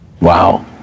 wow